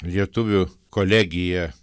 lietuvių kolegija